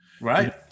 Right